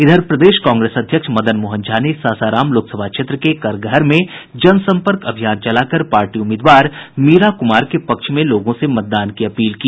इधर प्रदेश कांग्रेस अध्यक्ष मदन मोहन झा ने सासाराम लोकसभा क्षेत्र के करगहर में जनसंपर्क अभियान चलाकर पार्टी उम्मीदवार मीरा कुमार के पक्ष में लोगों से मतदान की अपील की